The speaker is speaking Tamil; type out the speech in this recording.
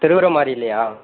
திருகிற மாதிரி இல்லையா